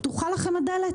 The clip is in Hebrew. פתוחה לכם הדלת.